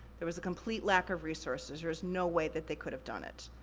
there was a complete lack of resources, there's no way that they could've done it.